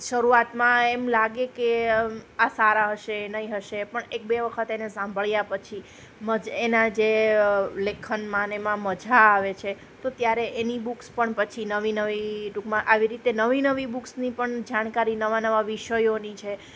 શરૂઆતમાં એમ લાગે કે આ સારા હશે નહીં હશે પણ એક બે વખત એને સાંભળ્યા પછી મજ એના જે લેખનમાં અને એમાં જે મજા આવે છે તો ત્યારે એની બુકસ પણ પછી નવી નવી ટૂંકમાં આવી રીતે નવી નવી બુક્સની પણ જાણકારી નવા નવા વિષયોની છે